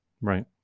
Right